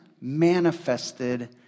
manifested